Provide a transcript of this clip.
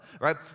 right